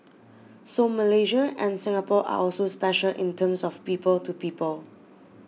so Malaysia and Singapore are also special in terms of people to people